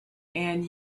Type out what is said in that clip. and